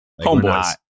Homeboys